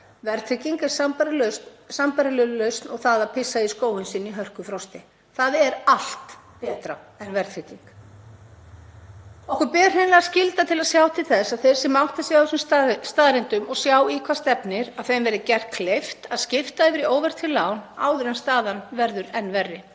Verðtrygging er sambærileg lausn og það að pissa í skóinn sinn í hörkufrosti. Það er allt betra en verðtrygging. Okkur ber hreinlega skylda til að sjá til þess að þeir sem átta sig á þessum staðreyndum og sjá í hvað stefnir verði gert kleift að skipta yfir í óverðtryggð lán áður en staðan verður enn verri.